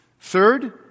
Third